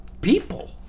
people